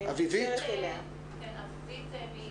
מארגון ב"זכות".